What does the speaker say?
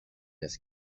his